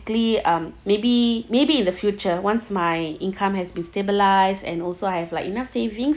um maybe maybe in the future once my income has been stabilised and also I have like enough savings